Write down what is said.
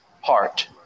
heart